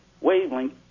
wavelength